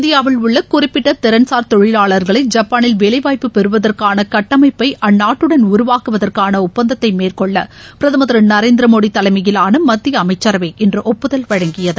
இந்தியாவில் உள்ள குறிப்பிட்ட திறன் சார் தொழிலாளர்களை ஜப்பானில் வேலை வாய்ப்பு பெறுவதற்கான கட்டமைப்பை அந்நாட்டுடன் உருவாக்குவதற்கான ஒப்பந்தத்தை மேற்கொள்ள பிரதமர் திரு நரேந்திர மோடி தலைமையிலான மத்திய அமைச்சரவை இன்று ஒப்புதல் வழங்கியது